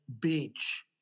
beach